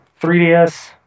3DS